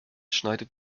schneidet